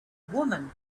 woman